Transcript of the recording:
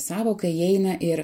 sąvoką įeina ir